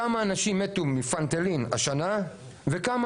כמה אנשים מתו מפנטניל השנה וכמה